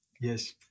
Yes